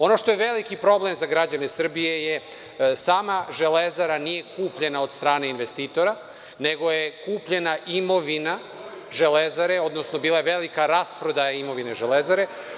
Ono što je veliki problem za građane Srbije je sama „Železara“ nije kupljena od strane investitora nego je kupljena imovina „Železare“, odnosno bila je velika rasprodaja imovine „Železare“